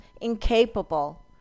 incapable